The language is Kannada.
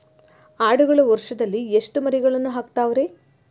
ಆಡುಗಳು ವರುಷದಲ್ಲಿ ಎಷ್ಟು ಮರಿಗಳನ್ನು ಹಾಕ್ತಾವ ರೇ?